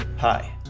Hi